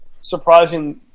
surprising